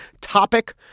topic